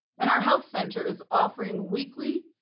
and our health center's offering weekly,